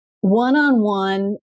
one-on-one